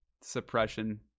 suppression